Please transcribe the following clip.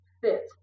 fit